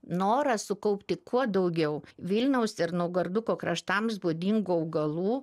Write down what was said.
noras sukaupti kuo daugiau vilniaus ir naugarduko kraštams būdingų augalų